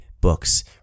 books